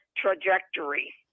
trajectory